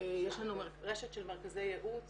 יש לנו רשת של מרכזי ייעוץ